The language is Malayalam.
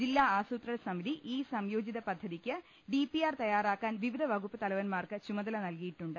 ജില്ലാ ആസൂത്രണ സമിതി ഈ സംയോജിത പദ്ധതിക്ക് ഡിപിആർ തയ്യാ റാക്കാൻ വിവിധ വകുപ്പ് തലവൻമാർക്ക് ചുമതല നൽകിയിട്ടു ണ്ട്